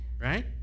right